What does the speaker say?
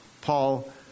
Paul